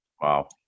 wow